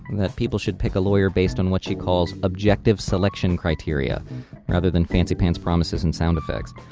that people should pick a lawyer based on what she calls objective selection criteria other than fancy pants promises and sound effects.